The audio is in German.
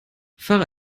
fahre